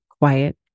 quiet